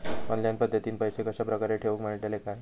Online पद्धतीन पैसे कश्या प्रकारे ठेऊक मेळतले काय?